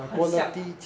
很像 ah